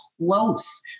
close